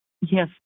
Yes